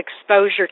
exposure